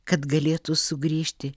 kad galėtų sugrįžti